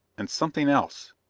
and something else.